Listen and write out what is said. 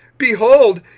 behold,